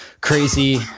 crazy